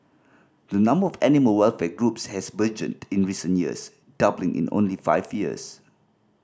the number of animal welfare groups has burgeoned in recent years doubling in only five years